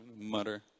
mutter